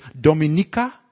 Dominica